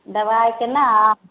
दवाइके नाम